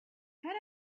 had